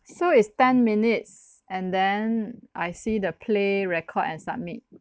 so is ten minutes and then I see the play record and submit